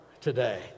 today